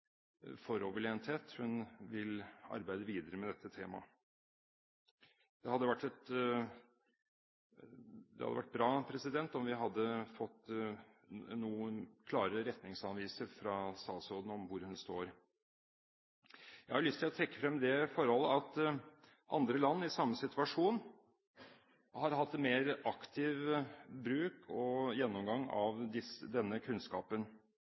hun vil arbeide videre med dette temaet. Det hadde vært bra om vi hadde fått en klarere retningsanviser fra statsråden om hvor hun står. Jeg har lyst til å trekke frem det forhold at andre land i samme situasjon har hatt en mer aktiv bruk og gjennomgang av denne kunnskapen.